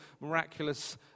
miraculous